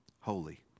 holy